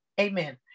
Amen